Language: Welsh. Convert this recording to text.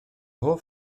hoff